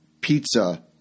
pizza